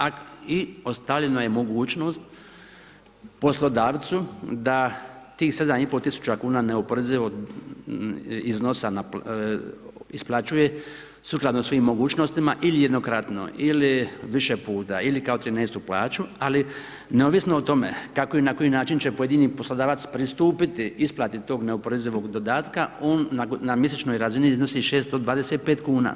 A i ostavljena je mogućnost poslodavcu da tih 7,5 tisuća kn neoporezivog iznosa isplaćuje sukladno svojim mogućnostima ili jednokratno ili više puta, ili kao 13 plaću, ali neovisno o tome, kako i na koji način će pojedini poslodavac pristupiti isplati tog neoporezivog dodatka, on na mjesečnoj razini iznosi 625 kn.